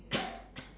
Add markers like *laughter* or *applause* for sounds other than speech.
*coughs*